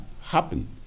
happen